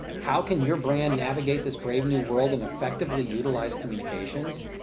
how can your brand navigate this brave new world and effectively utilize communications?